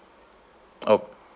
oh